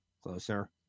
closer